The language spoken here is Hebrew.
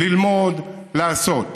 ללמוד, לעשות,